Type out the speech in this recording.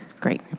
great.